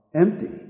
empty